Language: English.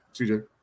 CJ